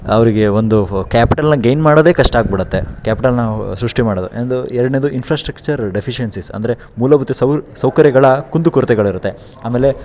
ಅವರಿಗೆ ಒಂದು ಫ್ ಕ್ಯಾಪಿಟಲ್ನ ಗೈನ್ ಮಾಡೋದೇ ಕಷ್ಟ ಆಗ್ಬಿಡತ್ತೆ ಕ್ಯಾಪಿಟಲ್ನ ಸೃಷ್ಟಿ ಮಾಡೋದು ಎಂದು ಎರಡನೇದು ಇನ್ಫ್ರಾಸ್ಟ್ರಕ್ಚರ್ ಡೆಫಿಶಿಯನ್ಸೀಸ್ ಅಂದರೆ ಮೂಲಭೂತ ಸೌರ್ ಸೌಕರ್ಯಗಳ ಕುಂದುಕೊರತೆಗಳಿರುತ್ತೆ ಆಮೇಲೆ